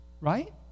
right